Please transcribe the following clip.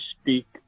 speak